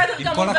בסדר גמור.